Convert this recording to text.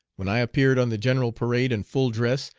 when i appeared on the general parade in full dress,